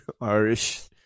Irish